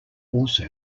also